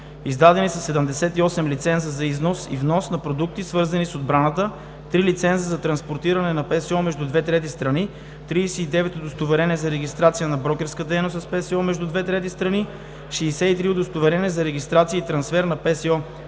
Издадени са 78 лиценза за износ и внос на продукти, свързани с отбраната (ПСО); три лиценза за транспортиране на ПСО между две трети страни; 39 удостоверения за регистрация на брокерска дейност с ПСО между две трети страни; 63 удостоверения за регистрация и трансфер на ПСО,